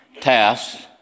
tasks